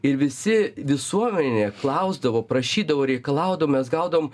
ir visi visuomenė klausdavo prašydavo reikalaudavo mes gaudavom